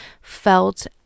felt